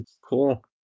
cool